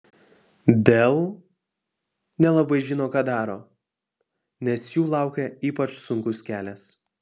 dell nelabai žino ką daro nes jų laukia ypač sunkus kelias